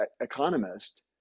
economist